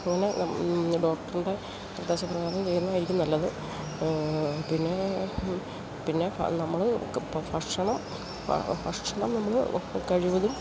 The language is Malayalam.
അങ്ങനെ ഡോക്ടറുടെ നിർദ്ദേശപ്രകാരം ചെയ്യുന്നത് ആയിരിക്കും നല്ലത് പിന്നെ പിന്നെ നമ്മൾ ഭക്ഷണം ഭക്ഷണം നമ്മൾ കഴിവതും